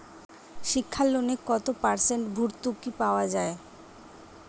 শিক্ষা লোনে কত পার্সেন্ট ভূর্তুকি পাওয়া য়ায়?